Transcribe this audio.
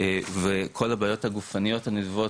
וכל הבעיות הגופניות הנלוות,